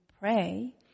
pray